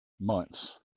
months